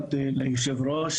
במיוחד ליושב ראש,